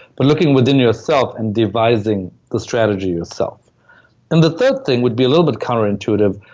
but looking within yourself and devising the strategy yourself and the third thing would be a little bit counter-intuitive.